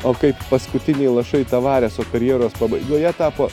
o kaip paskutiniai lašai tavareso karjeros pabaigoje tapo